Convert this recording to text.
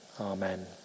amen